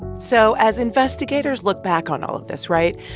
so as investigators look back on all of this right?